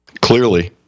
Clearly